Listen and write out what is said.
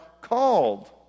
called